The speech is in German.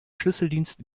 schlüsseldienst